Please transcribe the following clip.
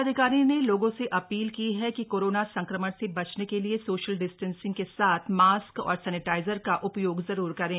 जिलाधिकारी ने लोगों से अपील की है कि कोरोना संक्रमण से बचने के लिए सोशल डिस्टेंसिंग के साथ मास्क और सैनिटाइजर का उपयोग जरूर करें